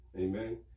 Amen